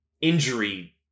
injury